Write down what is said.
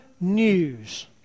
news